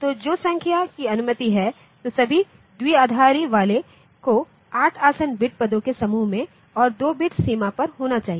तो जो संख्या की अनुमति है तो सभी द्विआधारी वाले को 8 आसन्न बिट पदों के समूह में और 2 बिट सीमा पर होना चाहिए